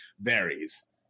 varies